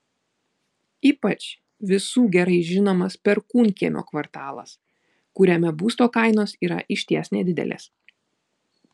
ypač visų gerai žinomas perkūnkiemio kvartalas kuriame būsto kainos yra išties nedidelės